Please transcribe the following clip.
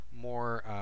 more